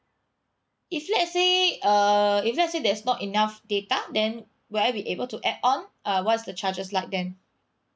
if let's say uh if let's say there's not enough data then would I be able to add on uh what's the charges like then